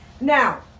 Now